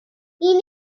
இனிய